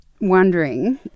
wondering